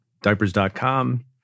diapers.com